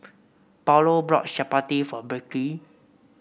Paulo brought chappati for Berkley